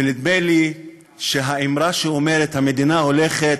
ונדמה לי שהאמרה שאומרת שהמדינה הולכת